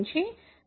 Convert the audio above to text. H